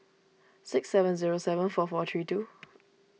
six seven zero seven four four three two